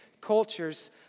cultures